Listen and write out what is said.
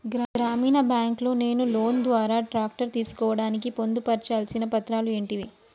గ్రామీణ బ్యాంక్ లో నేను లోన్ ద్వారా ట్రాక్టర్ తీసుకోవడానికి పొందు పర్చాల్సిన పత్రాలు ఏంటివి?